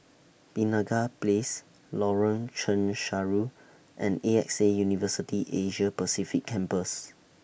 Penaga Place Lorong Chencharu and A X A University Asia Pacific Campus